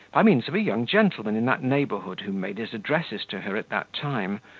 by means of a young gentleman in that neighbourhood, who made his addresses to her at that time,